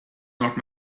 not